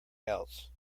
else